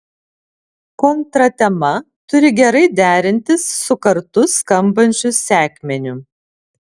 kontratema turi gerai derintis su kartu skambančiu sekmeniu